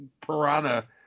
Piranha